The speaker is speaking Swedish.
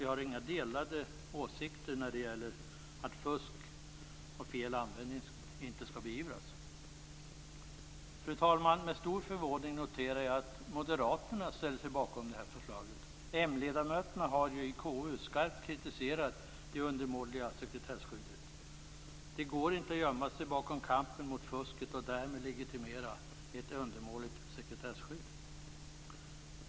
Vi har inga delade meningar när det gäller att fusk och felaktig användning skall beivras. Fru talman! Med stor förvåning noterar jag att Moderaterna ställer sig bakom det här förslaget. M ledamöterna har ju i KU skarpt kritiserat det undermåliga sekretesskyddet. Det går inte att gömma sig bakom kampen mot fusket och därmed legitimera ett undermåligt sekretesskydd.